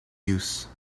use